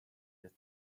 that